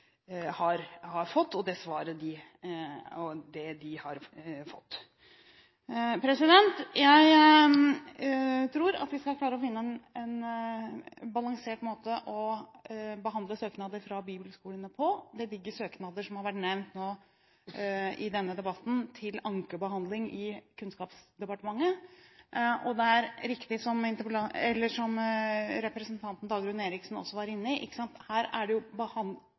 har fått. Jeg tror at vi skal klare å finne en balansert måte å behandle søknader fra bibelskolene på. Det ligger søknader, som har vært nevnt i denne debatten, til ankebehandling i Kunnskapsdepartementet. Det er riktig, som representanten Dagrun Eriksen også var inne på, at her er det